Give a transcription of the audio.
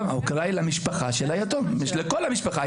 ההוקרה היא למשפחה של היתום, לכל המשפחה.